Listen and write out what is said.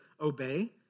obey